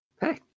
Hey